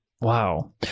Wow